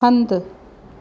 हंधु